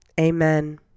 amen